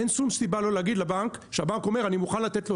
אין שום סיבה לא להגיד לבנק שהבנק אומר אני מוכן לתת לו,